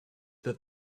that